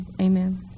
Amen